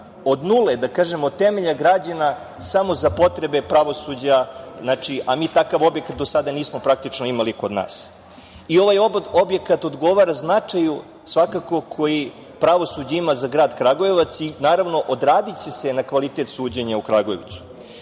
od nule, od temelja građena samo za potrebe pravosuđa, a mi takav objekat do sada nismo praktično imali kod nas. Ovaj objekat odgovora značaju svakako, koji pravosuđe ima za grad Kragujevac i naravno odraziće se na kvalitet suđenja u Kragujevcu. Kada